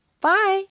Bye